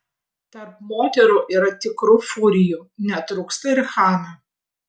tarp moterų yra tikrų furijų netrūksta ir chamių